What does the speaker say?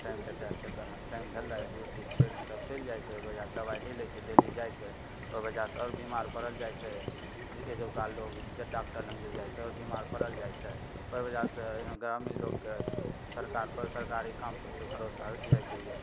time देखेके चक्करमे time भेलै ड्यूटी छोड़िके सब चलि जाइ छै दबाइ नहि लै छै डेली जाइ छै ओहि बजह सऽ आओर बीमार पड़ल जाइ छै एहिजौका लोग जे डाक्टर लग जे जाइ छै आओर बीमार पड़ल जाइ छै ओहि बजह सऽ ग्रामीण लोगके सरकार पर सरकारी काम पर सऽ भरोसा उठि जाइ छै जे